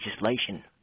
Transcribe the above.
legislation